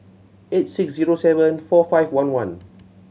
eight six zero seven four five one one